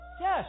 Yes